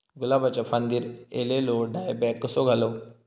गुलाबाच्या फांदिर एलेलो डायबॅक कसो घालवं?